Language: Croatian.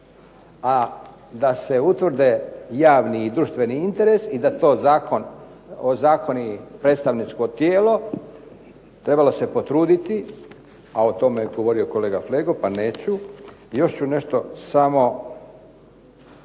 A da se utvrde javni i društveni interes i da to ozakoni predstavničko tijelo trebalo se potruditi, a o tome je govorio kolega Flego, pa neću. Još ću nešto samo